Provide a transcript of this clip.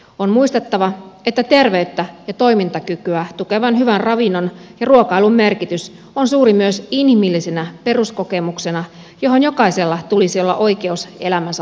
on muistettava että terveyttä ja toimintakykyä tukevan hyvän ravinnon ja ruokailun merkitys on suuri myös inhimillisenä peruskokemuksena johon jokaisella tulisi olla oikeus elämänsä loppuun saakka